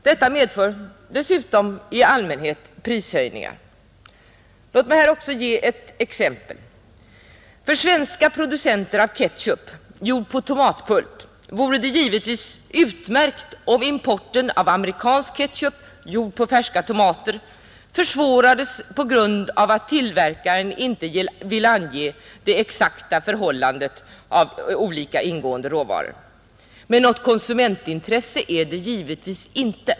Detta medför dessutom i allmänhet prishöjningar. Låt mig ta ett exempel! För svenska producenter av ketchup, gjord på tomatpulp, vore det givetvis utmärkt om importen av amerikansk ketchup gjord på färska tomater försvårades på grund av att tillverkaren inte vill ange det exakta förhållandet mellan olika ingående råvaror. Men något konsumentintresse är detta givetvis inte.